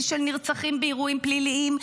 שיא של נרצחים באירועים פליליים,